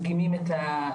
הסביבה",